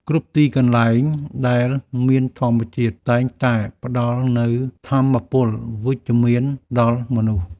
គ្រប់ទីកន្លែងដែលមានធម្មជាតិ តែងតែផ្តល់នូវថាមពលវិជ្ជមានដល់មនុស្ស។